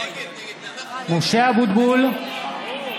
(קורא בשמות